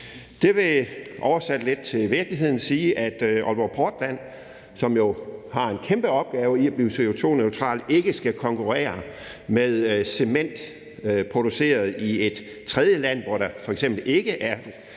Det vil, oversat lidt til virkeligheden, sige, at Aalborg Portland, som jo har en kæmpe opgave med at blive CO2-neutral, ikke skal konkurrere med cement produceret i et tredjeland, hvor der f.eks. ikke er